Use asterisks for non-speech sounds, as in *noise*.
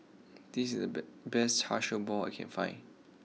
this is the *unintelligible* best Char Siew Bao I can find